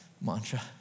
mantra